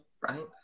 right